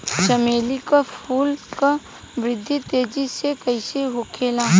चमेली क फूल क वृद्धि तेजी से कईसे होखेला?